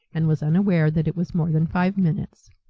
and was unaware that it was more than five minutes.